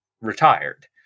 retired